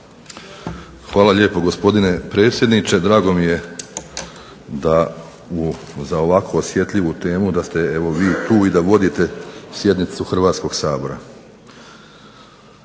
Hvala lijepo gospodine predsjedniče, drago mi je da za ovako osjetljivu temu da ste vi tu i da vodite sjednicu Hrvatskoga sabora.